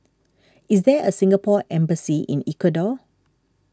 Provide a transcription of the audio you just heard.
is there a Singapore Embassy in Ecuador